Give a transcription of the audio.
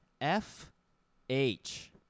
F-H